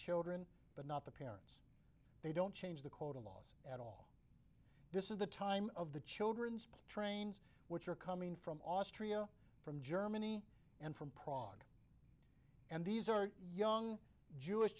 children but not the parents they don't change the quota laws this is the time of the children's trains which are coming from austria from germany and from prague and these are young jewish